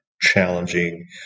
challenging